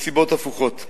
מסיבות הפוכות.